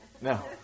No